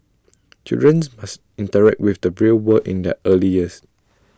children must interact with the real world in their early years